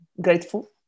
grateful